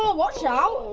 watch out!